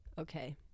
Okay